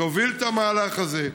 תוביל את המהלך הזה.